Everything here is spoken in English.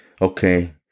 Okay